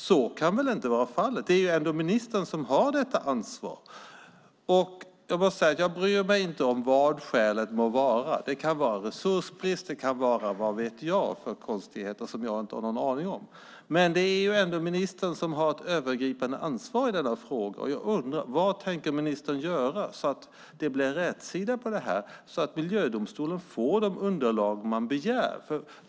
Det kan väl inte vara fallet. Det är ändå ministern som har detta ansvar. Jag bryr mig inte om vad skälet må vara - det kan vara resursbrist, och det kan vara konstigheter som jag inte har någon aning om. Men det är ändå ministern som har ett övergripande ansvar i denna fråga. Jag undrar: Vad tänker ministern göra för att det ska bli rätsida på det här, så att Miljödomstolen får de underlag man begär?